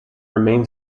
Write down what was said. remain